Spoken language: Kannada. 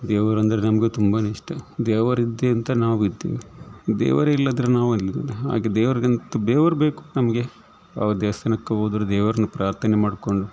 ದೇವರಂದರೆ ನಮಗೆ ತುಂಬಾ ಇಷ್ಟ ದೇವರಿದೆ ಅಂತ ನಾವು ಇದ್ದೀವಿ ದೇವರಿಲ್ಲದ್ರೆ ನಾವು ಎಲ್ಲಿ ಇರೋದು ಹಾಗೆ ದೇವರಿಗಂತ ದೇವರು ಬೇಕು ನಮಗೆ ಯಾವ ದೇವಸ್ಥಾನಕ್ಕೆ ಹೋದ್ರು ದೇವರ್ನ ಪ್ರಾರ್ಥನೆ ಮಾಡಿಕೊಂಡು